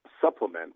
supplement